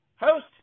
host